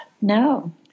No